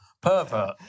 pervert